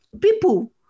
People